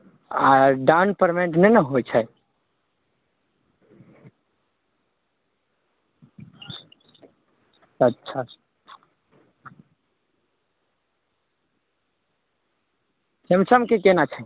मारल गेल रहए आ तेकरा बाद एखन बिहारमेके बीचो बीच गङ्गा नदी बहि रहलखिन हन औओरो एहिसे इतिहास कोन बढ़िकऽ होयतै जे गङ्गामे आदमी करोड़ो रोज स्नान करैत छै